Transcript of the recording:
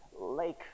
lake